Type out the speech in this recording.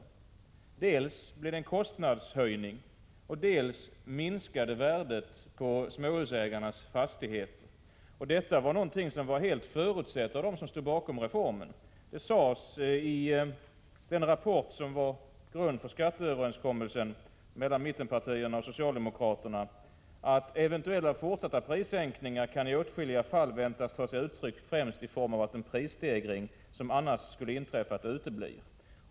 Dels blev det en kostnadshöjning, dels minskade värdet på småhusägarnas fastigheter. Detta hade förutsetts av dem som stod bakom reformen. I den rapport som låg till grund för skatteöverenskommelsen mellan mittenpartierna och socialdemokraterna sades: Eventuella fortsatta prissänkningar kan i åtskilliga fall väntas ta sig uttryck främst i form av att en prisstegring som annars skulle ha inträffat uteblir.